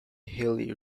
hilly